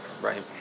right